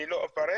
אני לא אפרט,